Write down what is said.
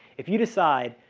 if you decide,